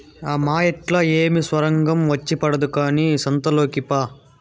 ఆ మాయేట్లా ఏమి సొరంగం వచ్చి పడదు కానీ సంతలోకి పా